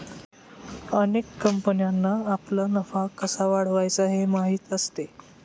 अनेक कंपन्यांना आपला नफा कसा वाढवायचा हे माहीत असते